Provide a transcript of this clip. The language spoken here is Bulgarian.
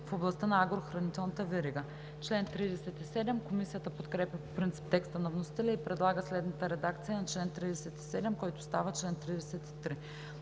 в областта на агрохранителната верига.“ Комисията подкрепя по принцип текста на вносителя и предлага следната редакция на чл. 37, който става чл. 33: